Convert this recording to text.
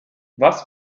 was